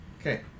okay